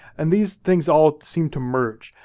and these things all seem to merge.